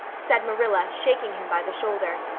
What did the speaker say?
said marilla, shaking him by the shoulder,